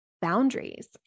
boundaries